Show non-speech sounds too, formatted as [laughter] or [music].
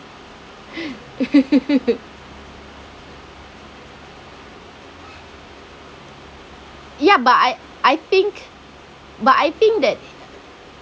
[laughs] ya but I I think but I think that